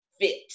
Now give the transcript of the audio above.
fit